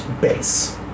base